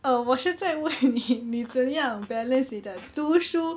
uh 我是在问你你怎样 balance 你的读书